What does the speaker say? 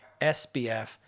SBF